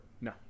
No